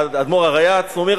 האדמו"ר הריי"צ אומר,